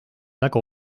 väga